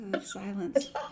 silence